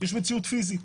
יש מציאות פיזית.